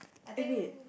eh wait